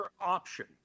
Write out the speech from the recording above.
option